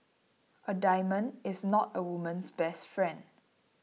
a diamond is not a woman's best friend